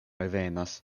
revenas